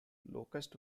locust